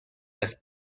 las